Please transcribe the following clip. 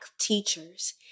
teachers